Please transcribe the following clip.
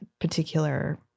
particular